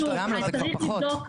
למה, זה כבר פחות.